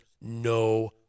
no